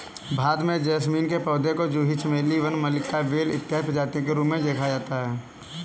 भारत में जैस्मीन के पौधे को जूही चमेली वन मल्लिका बेला इत्यादि प्रजातियों के रूप में देखा जाता है